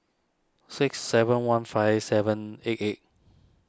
six seven one five seven eight eight